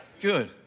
Good